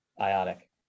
Ionic